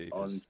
on